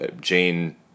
Jane